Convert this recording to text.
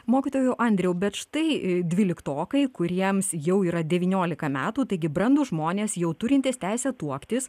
mokytojau andriau bet štai dvyliktokai kuriems jau yra devyniolika metų taigi brandūs žmonės jau turintys teisę tuoktis